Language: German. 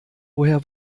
woher